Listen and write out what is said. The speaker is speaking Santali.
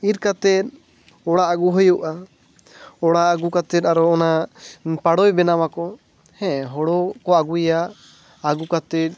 ᱤᱨ ᱠᱟᱛᱮᱫ ᱚᱲᱟᱜ ᱟᱹᱜᱩ ᱦᱩᱭᱩᱜᱼᱟ ᱚᱲᱟᱜ ᱟᱹᱜᱩ ᱠᱟᱛᱮᱫ ᱟᱨᱚ ᱚᱱᱟ ᱯᱟᱲᱳᱭ ᱵᱮᱱᱟᱣ ᱟᱠᱚ ᱦᱮᱸ ᱦᱳᱲᱳ ᱠᱚ ᱟᱹᱜᱩᱭᱟ ᱟᱹᱜᱩ ᱠᱟᱛᱮᱫ